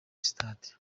stade